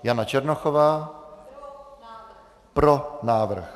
Jana Černochová: Pro návrh.